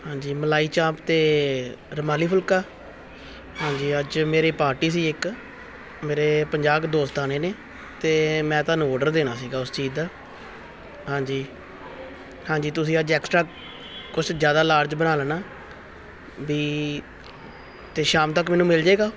ਹਾਂਜੀ ਮਲਾਈ ਚਾਂਪ ਅਤੇ ਰੁਮਾਲੀ ਫੁਲਕਾ ਹਾਂਜੀ ਅੱਜ ਮੇਰੇ ਪਾਰਟੀ ਸੀ ਇੱਕ ਮੇਰੇ ਪੰਜਾਹ ਕੁ ਦੋਸਤ ਆਉਣੇ ਨੇ ਅਤੇ ਮੈਂ ਤੁਹਾਨੂੰ ਔਡਰ ਦੇਣਾ ਸੀਗਾ ਉਸ ਚੀਜ਼ ਦਾ ਹਾਂਜੀ ਹਾਂਜੀ ਤੁਸੀਂ ਅੱਜ ਐਕਸਟਰਾ ਕੁਛ ਜ਼ਿਆਦਾ ਲਾਰਜ ਬਣਾ ਲੈਣਾ ਵੀ ਤੇ ਸ਼ਾਮ ਤੱਕ ਮੈਨੂੰ ਮਿਲ ਜਾਏਗਾ